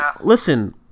Listen